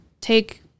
take